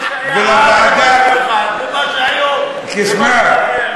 מה שהיה אז זה משהו אחד, ומה שהיום זה משהו אחר.